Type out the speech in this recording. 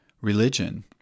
religion